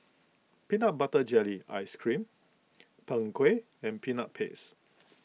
Peanut Butter Jelly Ice Cream Png Kueh and Peanut Paste